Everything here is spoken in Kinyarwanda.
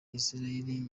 isiraheli